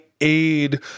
aid